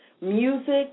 music